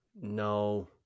No